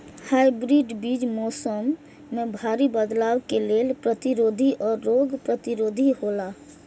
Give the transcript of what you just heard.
hybrid बीज मौसम में भारी बदलाव के लेल प्रतिरोधी और रोग प्रतिरोधी हौला